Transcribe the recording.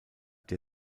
der